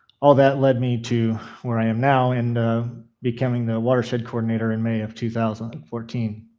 all of that led me to where i am now in becoming the watershed coordinator in may of two thousand and fourteen,